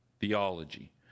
theology